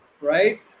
right